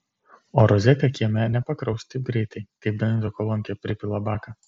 o rozetė kieme nepakraus taip greitai kaip benzokolonkė pripila baką